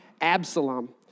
Absalom